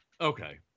Okay